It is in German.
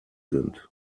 sind